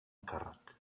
càrrec